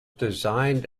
designed